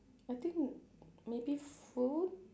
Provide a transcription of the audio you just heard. I think maybe food